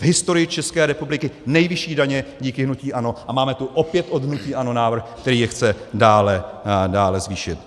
V historii České republiky nejvyšší daně díky hnutí ANO a máme tu opět od hnutí ANO návrh, který je chce dále zvýšit.